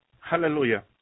Hallelujah